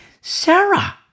Sarah